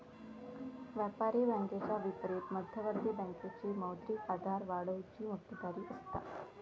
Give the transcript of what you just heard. व्यापारी बँकेच्या विपरीत मध्यवर्ती बँकेची मौद्रिक आधार वाढवुची मक्तेदारी असता